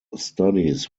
studies